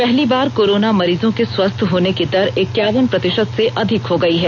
पहली बार कोरोना मरीजों को स्वस्थ्य होने की दर इक्यावन प्रतिशत से अधिक हो गई है